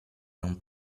non